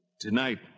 Tonight